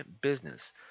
business